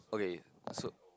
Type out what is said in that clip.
okay so